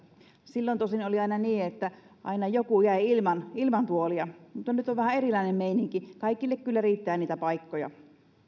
silloin tosin oli aina niin että aina joku jäi ilman ilman tuolia mutta nyt on vähän erilainen meininki ja kaikille kyllä riittää niitä paikkoja